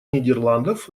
нидерландов